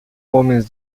homens